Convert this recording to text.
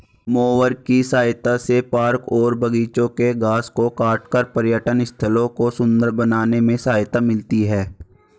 mower की सहायता से पार्क और बागिचों के घास को काटकर पर्यटन स्थलों को सुन्दर बनाने में सहायता मिलती है